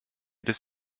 des